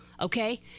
Okay